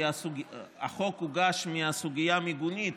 כי החוק הוגש מהסוגיה המיגונית,